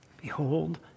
behold